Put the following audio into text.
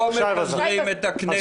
לא מפזרים את הכנסת.